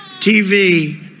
TV